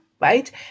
right